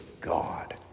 God